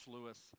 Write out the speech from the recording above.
Lewis